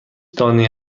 دانه